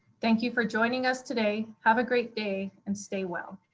thank you for joining us today. have a great day, and stay well.